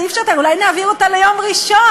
זה אי-אפשר אתה, אולי נעביר אותה ליום ראשון?